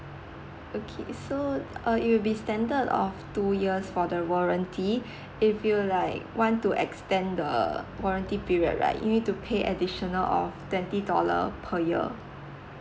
okay so uh it will be standard of two years for the warranty if you like want to extend the warranty period right you need to pay additional of twenty dollar per year